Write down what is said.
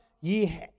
ye